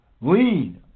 lean